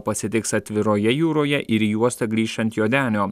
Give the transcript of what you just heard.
pasitiks atviroje jūroje ir juosta grįš ant jo denio